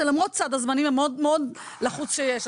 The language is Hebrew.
למרות סד הזמנים המאוד מאוד לחוץ שיש.